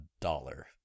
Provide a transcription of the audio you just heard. dollar